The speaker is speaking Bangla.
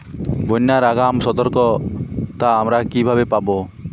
বন্যার আগাম সতর্কতা আমরা কিভাবে পাবো?